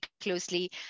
closely